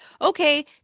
okay